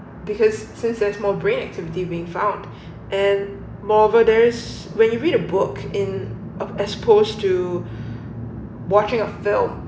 because since there's more brain activity being found and moreover there is when you read a book in exposed to watching a film